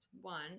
one